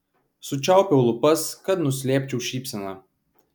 sučiaupiau lūpas kad nuslėpčiau šypseną